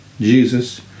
Jesus